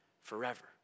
forever